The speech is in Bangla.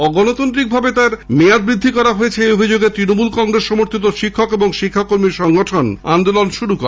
অগণতান্ত্রিকভাবে তাঁর মেয়াদ বৃদ্ধি করা হয়েছে এই অভিযোগে তৃণমূল কংগ্রেস সমর্থিত শিক্ষক ও শিক্ষাকর্মী সংগঠন আন্দোলন শুরু করে